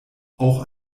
auch